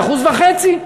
1.5%?